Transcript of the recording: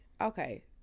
okay